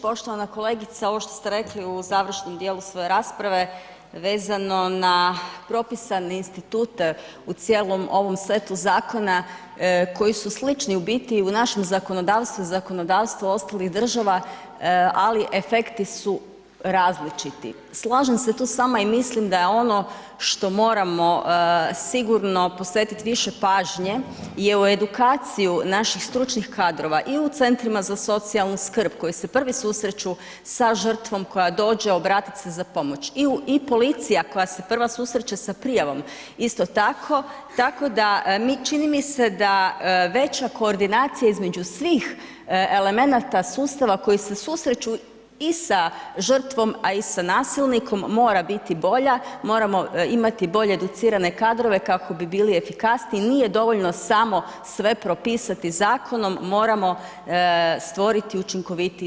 Poštovana kolegice, ovo što ste rekli u završnom dijelu svoje rasprave vezano na propisane institute u cijelom ovom setu zakona koji su slični u biti i u našem zakonodavstvu i u zakonodavstvu ostalih država, ali efekti su različiti, slažem se tu s vama i mislim da je ono što moramo sigurno posvetit više pažnje je u edukaciju naših stručnih kadrova i u centrima za socijalnu skrb koji se prvi susreću sa žrtvom koja dođe obratit se za pomoć i u, i policija koja se prva susreće sa prijavom isto tako, tako da mi, činim mi se da veća koordinacija između svih elemenata sustava koji se susreću i sa žrtvom, a i sa nasilnikom mora biti bolja, moramo imati bolje educirane kadrove kako bi bili efikasniji, nije dovoljno samo sve propisati zakonom, moramo stvoriti učinkovitiji sustav.